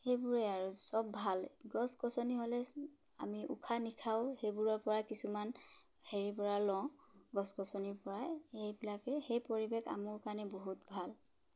সেইবোৰে আৰু সব ভাল গছ গছনি হ'লে আমি উশাহ নিশাহো সেইবোৰৰ পৰা কিছুমান হেৰিৰ পৰা লওঁ গছ গছনিৰ পৰাই সেইবিলাকে সেই পৰিৱেশ আমাৰ কাৰণে বহুত ভাল